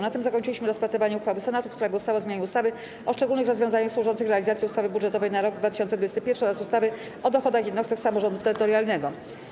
Na tym zakończyliśmy rozpatrywanie uchwały Senatu w sprawie ustawy o zmianie ustawy o szczególnych rozwiązaniach służących realizacji ustawy budżetowej na rok 2021 oraz ustawy o dochodach jednostek samorządu terytorialnego.